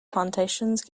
plantations